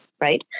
right